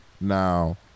Now